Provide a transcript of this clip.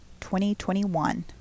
2021